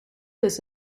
this